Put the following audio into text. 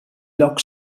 lloc